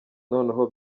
noneho